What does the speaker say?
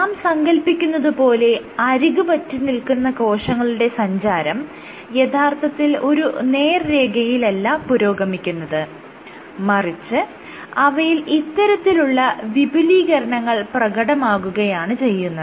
നാം സങ്കൽപ്പിക്കുന്നത് പോലെ അരിക് പറ്റിനിൽക്കുന്ന കോശങ്ങളുടെ സഞ്ചാരം യഥാർത്ഥത്തിൽ ഒരു നേർരേഖയിലല്ല പുരോഗമിക്കുന്നത് മറിച്ച് അവയിൽ ഇത്തരത്തിലുള്ള വിപുലീകരണങ്ങൾ പ്രകടമാകുകയാണ് ചെയ്യുന്നത്